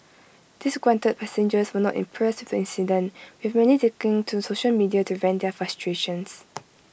disgruntled passengers were not impressed the incident with many taking to social media to vent their frustrations